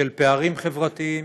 של פערים חברתיים,